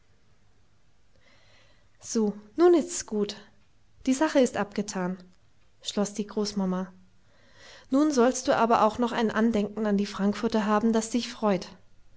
so nun ist's gut die sache ist abgetan schloß die großmama nun sollst du aber auch noch ein andenken an die frankfurter haben das dich freut